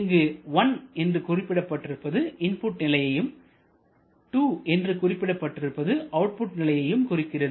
இங்கு 1 என்று குறிப்பிடப்பட்டிருப்பது இன்புட் நிலையையும் 2 என்று குறிப்பிடப்பட்டிருப்பது அவுட்புட் நிலையையும் குறிக்கிறது